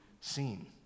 seen